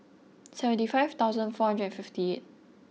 seventy five thousand four hundred and fifty eight